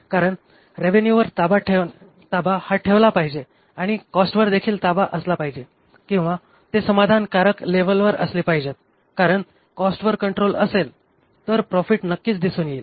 कारण रेवेन्युवर ताबा हा ठेवला पाहिजे आणि कॉस्टवर देखील ताबा असला पाहिजे किंवा ते समाधानकारक लेवलवर असली पाहिजे कारण कॉस्टवर कंट्रोल असेल तर प्रॉफिट नक्कीच दिसून येईल